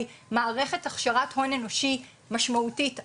מערכת הכשרת הון אנושי משמעותית אחרת,